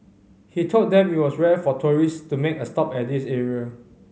he told them it was rare for tourist to make a stop at this area